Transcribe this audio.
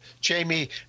Jamie